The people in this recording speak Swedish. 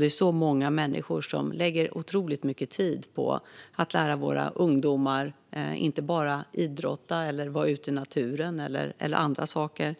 Det är många människor som lägger otroligt mycket tid på att lära våra ungdomar inte bara att idrotta, att vara ute i naturen, att utöva kultur eller andra saker